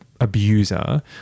abuser